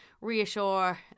reassure